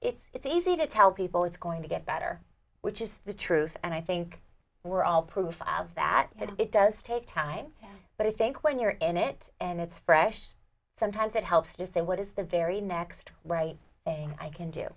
it's easy to tell people it's going to get better which is the truth and i think we're all proof that it does take time but i think when you're in it and it's fresh sometimes it helps to say what is the very next right thing i can do